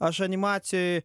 aš animacijoj